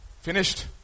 Finished